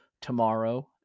tomorrow